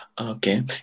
Okay